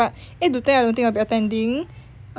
but eight to ten I don't think I'll be attending